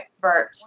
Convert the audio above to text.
Bert